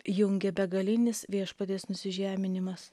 jungia begalinis viešpaties nusižeminimas